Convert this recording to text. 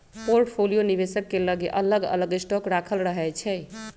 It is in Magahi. पोर्टफोलियो निवेशक के लगे अलग अलग स्टॉक राखल रहै छइ